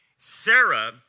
Sarah